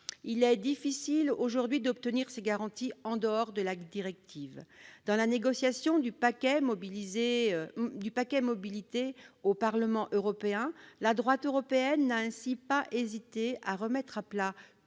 il est difficile aujourd'hui d'obtenir de telles garanties en dehors de la directive. Dans la négociation du paquet Mobilité au Parlement européen, la droite européenne n'a ainsi pas hésité à remettre à plat